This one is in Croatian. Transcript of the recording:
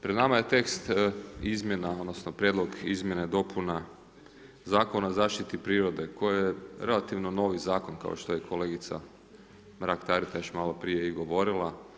Pred nama je tekst izmjena odnosno prijedlog izmjena i dopuna Zakona o zaštiti prirode koji je relativno novi zakon kao što je kolegica Mrak-Taritaš maloprije i govorila.